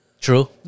True